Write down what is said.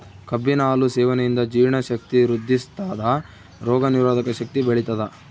ಕಬ್ಬಿನ ಹಾಲು ಸೇವನೆಯಿಂದ ಜೀರ್ಣ ಶಕ್ತಿ ವೃದ್ಧಿಸ್ಥಾದ ರೋಗ ನಿರೋಧಕ ಶಕ್ತಿ ಬೆಳಿತದ